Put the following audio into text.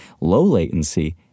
low-latency